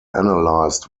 analyzed